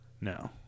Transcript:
No